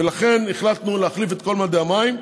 ולכן החלטנו להחליף את כל מדי המים.